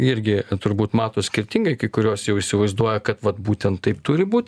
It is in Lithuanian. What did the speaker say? irgi turbūt mato skirtingai kai kurios jau įsivaizduoja kad vat būtent taip turi būt